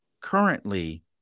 currently